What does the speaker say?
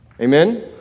Amen